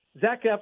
Zach